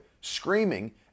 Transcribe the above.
screaming